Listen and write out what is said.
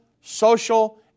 social